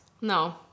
No